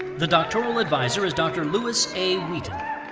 the doctoral advisor is dr. lewis a. wheaton.